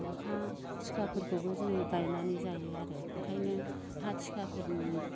हा थिखाफोरखोबो जोङो गायनानै जायो आरो ओंखायनो हा थिखाफोरनि